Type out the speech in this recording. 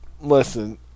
Listen